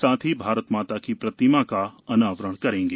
साथ ही भारतमाता की प्रतिमा का अनावरण करेंगे